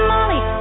Molly